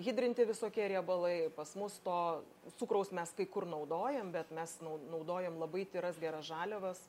hidrinti visokie riebalai pas mus to cukraus mes kai kur naudojam bet mes nau naudojam labai tyras geras žaliavas